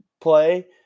play